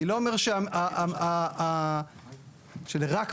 אני לא אומר שזה רק בטיחותית.